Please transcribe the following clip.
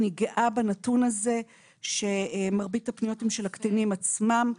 אני גאה בנתון הזה שמרבית הפניות הן של הקטינים עצמם.